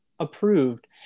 approved